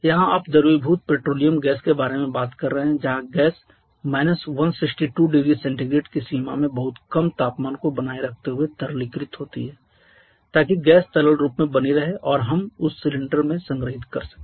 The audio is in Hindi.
यहाँ आप द्रवीभूत पेट्रोलियम गैस के बारे में बात कर रहे हैं जहाँ गैस −162 0C की सीमा में बहुत कम तापमान को बनाए रखते हुए तरलीकृत होती है ताकि गैस तरल रूप में बनी रहे और हम उस सिलिंडर में संगृहीत कर सकें